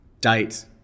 date